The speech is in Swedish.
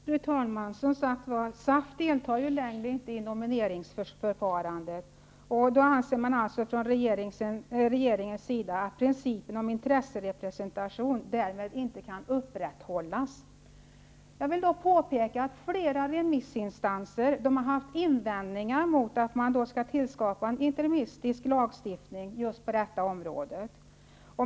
Fru talman! SAF deltar som sagt inte längre i nomineringsförfarandet. Därför anser man således från regeringen att principen om intresserepresentation inte kan upprätthållas. Jag vill påpeka att flera remissinstanser har haft invändningar mot att man skall tillskapa en interimistisk lagstiftning just på detta område.